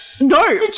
No